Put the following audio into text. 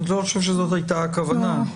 אני לא חושב שזאת הייתה הכוונה.